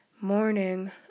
Morning